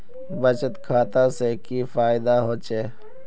बचत खाता से की फायदा होचे?